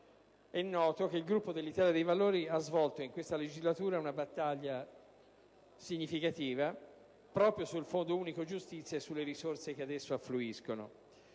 È noto che il Gruppo dell'Italia dei Valori ha svolto in questa legislatura una battaglia significativa proprio su tale fondo e sulle risorse che ad esso affluiscono.